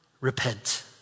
repent